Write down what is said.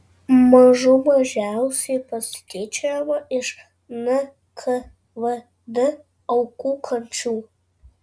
mažų mažiausia pasityčiojama iš nkvd aukų kančių